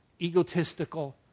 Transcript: egotistical